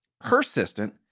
persistent